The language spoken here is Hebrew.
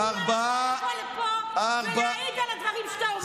הוא לא יכול לבוא לפה ולהעיד על הדברים שאתה אומר,